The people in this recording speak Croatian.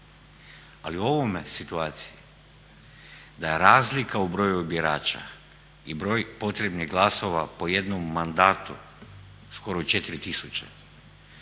ali o ovoj situaciji da je razlika u broju birača i broju potrebnih glasova po jednom mandatu skoro 4 tisuće